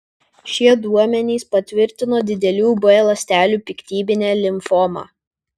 šie duomenys patvirtino didelių b ląstelių piktybinę limfomą